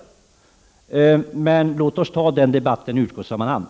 Men låt oss ta den debatten i utskottet.